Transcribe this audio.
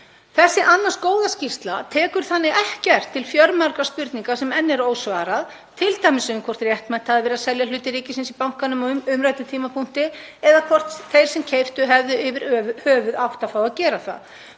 Þessi annars góða skýrsla tekur þannig ekkert til fjölmargra spurninga, sem enn er ósvarað, t.d. um hvort réttmætt hafi verið að selja hluti ríkisins í bankanum á umræddum tímapunkti eða hvort þeir sem keyptu hefðu yfir höfuð átt að fá að gera það.